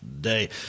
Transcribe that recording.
Day